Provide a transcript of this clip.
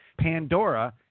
Pandora